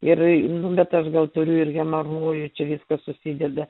ir nu bet aš gal turiu ir hemarojų čia viskas susideda